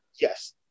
Yes